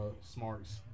smarts